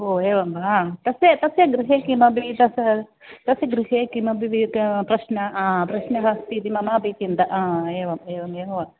ओ एवं वा तस्य तस्य गृहे किमपि तस्य तस्य गृहे किमपि प्रश्नः हा प्रश्नः अस्ति इति मम अपि चिन्ता हा एवम् एवम् एव